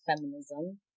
feminism